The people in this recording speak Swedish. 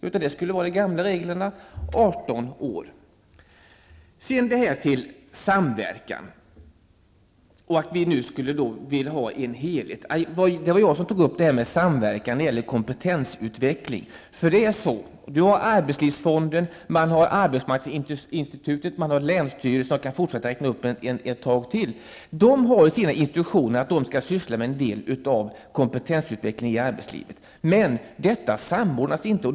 Där skulle de gamla reglerna med en gräns på 18 år gälla. Sedan till detta om samverkan och att vi vill ha en helhet. Jag tog upp frågan om samverkan när det gäller kompetensutveckling. Arbetslivsfonden, arbetsmarknadsinstitutet, länsstyrelserna -- jag skulle kunna räkna upp ytterligare några -- har i sina instruktioner som en del av sin uppgift att syssla med kompetensutveckling i arbetslivet. Men detta arbete samordnas inte.